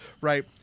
right